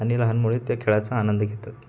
आणि लहान मुले त्या खेळाचा आनंद घेतात